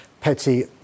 petty